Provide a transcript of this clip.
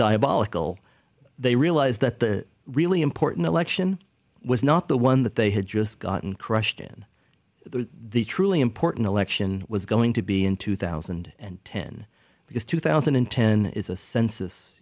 diabolical they realized that the really important election was not the one that they had just gotten crushed in the truly important election was going to be in two thousand and ten because two thousand and ten is